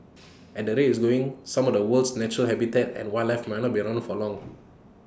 at the rate IT is going some of the world's natural habitat and wildlife might not be around for long